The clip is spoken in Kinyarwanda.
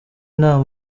nta